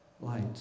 light